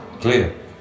clear